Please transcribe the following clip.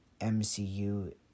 MCU